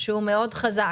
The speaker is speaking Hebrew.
שהוא חזק מאוד.